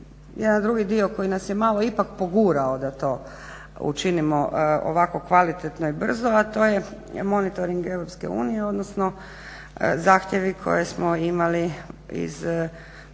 jedan drugi dio koji nas je malo ipak pogurao, da to učinimo ovako kvalitetno i brzo, a to je monitoring EU, odnosno zahtjevi koje smo imali iz